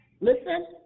listen